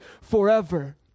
forever